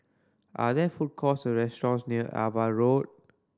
are there food courts or restaurants near Ava Road